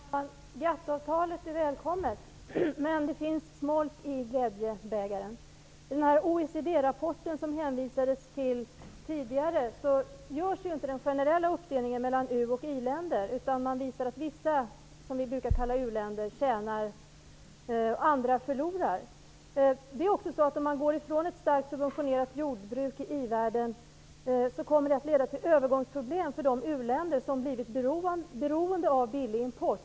Fru talman! GATT-avtalet är välkommet, men det finns smolk i glädjebägaren. I den OECD rapport som det tidigare hänvisades till görs inte den generella uppdelningen mellan i och uländer. Man visar att vissa länder -- som vi brukar kalla u-länder -- tjänar medan andra förlorar. Om man går ifrån ett starkt subventionerat jordbruk i i-världen kommer det att leda till övergångsproblem för de u-länder som blivit beroende av billig import.